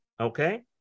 Okay